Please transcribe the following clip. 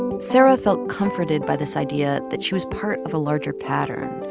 sara felt comforted by this idea that she was part of a larger pattern,